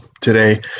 today